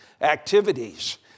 activities